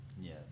Yes